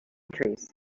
trees